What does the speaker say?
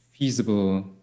feasible